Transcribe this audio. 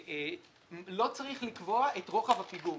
שלא צריך לקבוע את רוחב הפיגום.